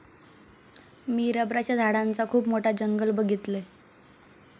मी रबराच्या झाडांचा खुप मोठा जंगल बघीतलय